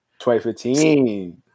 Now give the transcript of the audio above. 2015